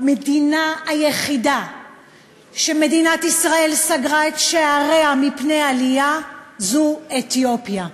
המדינה היחידה שמדינת ישראל סגרה את שעריה מפני עלייה ממנה זו אתיופיה.